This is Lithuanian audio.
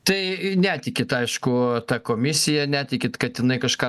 tai netikit aišku ta komisija netikit kad jinai kažką